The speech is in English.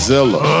Zilla